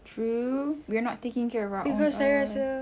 true we're not taking care of our own earth